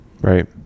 Right